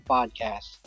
Podcast